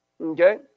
Okay